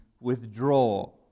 withdraw